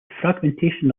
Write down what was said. fragmentation